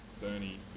bernie